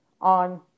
on